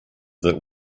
that